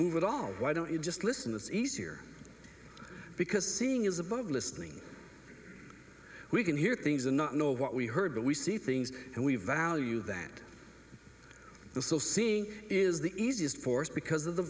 move at all why don't you just listen it's easier because seeing is above listening we can hear things and not know what we heard but we see things and we value that so seeing is the easiest for us because of the